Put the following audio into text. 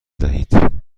دهید